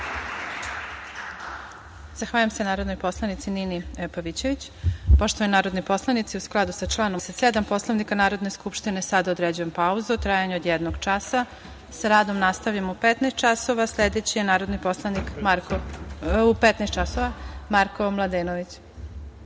Zahvaljujem se narodnoj poslanici Nini Pavićević. Poštovani narodni poslanici, u skladu sa članom 87. Poslovnika Narodne skupštine, sada određujem pauzu u trajanju od jedno časa. Sa radom nastavljamo u 15.00 časova. Sledeći je narodni poslanik Marko Mladenović.(Posle